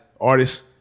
artists